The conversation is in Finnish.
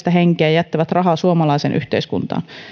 henkeä ja jättävät rahaa suomalaiseen yhteiskuntaan